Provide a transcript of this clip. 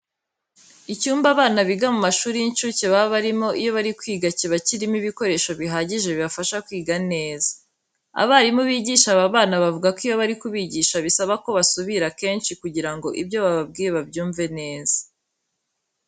Icyumba abana biga mu mashuri y'incuke baba barimo iyo bari kwiga kiba kirimo ibikoresho bihagije bibafasha kwiga neza. Abarimu bigisha aba bana bavuga ko iyo bari kubigisha bisaba ko basubira kenshi kugira ngo ibyo bababwiye babyumve neza.